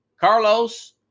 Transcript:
Carlos